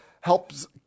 helps